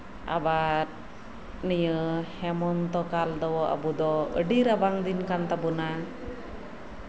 ᱟᱵᱟᱨ ᱱᱤᱭᱟᱹ ᱦᱮᱢᱚᱱᱛᱚᱠᱟᱞ ᱫᱚ ᱟᱵᱚ ᱫᱚ ᱟᱹᱰᱤ ᱨᱟᱵᱟᱝ ᱫᱤᱱ ᱠᱟᱱ ᱛᱟᱵᱳᱱᱟ